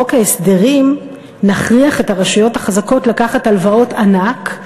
בחוק ההסדרים נכריח את הרשויות החזקות לקחת הלוואות ענק,